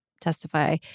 testify